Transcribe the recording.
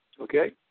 Okay